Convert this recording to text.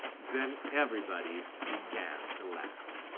then everybody began to laugh.